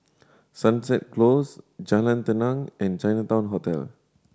Sunset Close Jalan Tenang and Chinatown Hotel